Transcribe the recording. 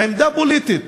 עמדה פוליטית.